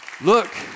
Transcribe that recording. Look